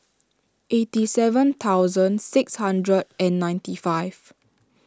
eighty seven thousand six hundred and ninety five